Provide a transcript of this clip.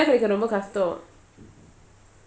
ரொம்பகஷ்டம்:romba kastam